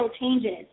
changes